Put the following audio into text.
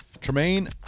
Tremaine